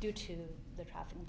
due to the traffic and